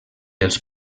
els